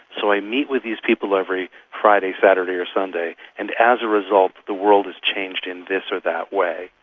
so i meet with these people every friday, saturday, or sunday, and as a result the world is changed in this or that way'.